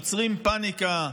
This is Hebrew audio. יוצרים פניקה,